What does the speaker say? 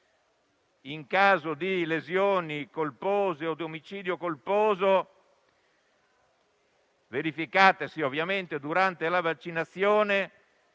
in caso di lesioni colpose od omicidio colposo, verificatisi durante la vaccinazione